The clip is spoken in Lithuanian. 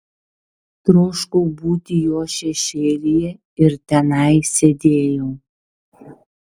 troškau būti jo šešėlyje ir tenai sėdėjau